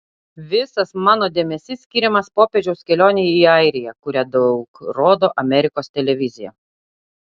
visas mano dėmesys skiriamas popiežiaus kelionei į airiją kurią daug rodo amerikos televizija